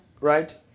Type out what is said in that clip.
Right